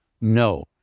No